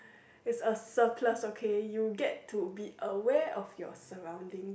is a surplus okay you get to be aware of your surroundings